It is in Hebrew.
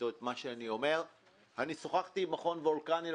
אני שוחחתי עם מכון וולקני.